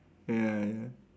ya ya